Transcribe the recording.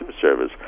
service